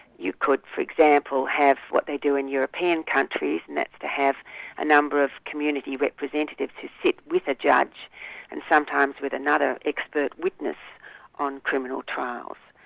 you could, for example, have what they do in european countries, and that's to have a number of community representatives to sit with a judge and sometimes with another expert witness on criminal trials.